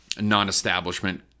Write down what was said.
non-establishment